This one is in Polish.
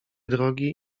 drogi